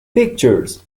pictures